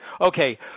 Okay